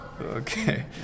Okay